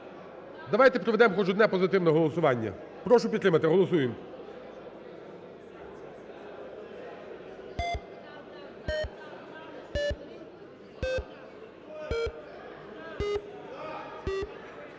Давайте проведемо хоч одне позитивне голосування. Прошу підтримати, голосуємо.